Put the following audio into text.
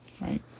right